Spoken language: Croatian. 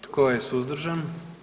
Tko je suzdržan?